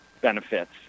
benefits